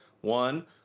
One